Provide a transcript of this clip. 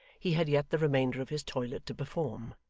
he had yet the remainder of his toilet to perform.